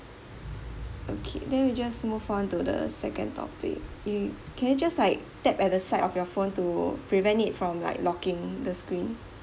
okay then we just move on to the second topic yo~ can you just like tap at the side of your phone to prevent it from like locking the screen